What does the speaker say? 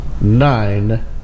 nine